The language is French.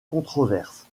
controverses